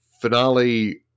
finale